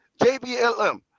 JBLM